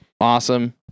Awesome